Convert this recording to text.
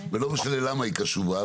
ולא משנה למה היא קשובה,